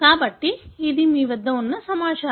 కాబట్టి ఇది మీ వద్ద ఉన్న సమాచారం